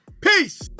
Peace